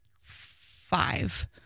five